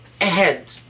ahead